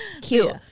Cute